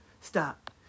Stop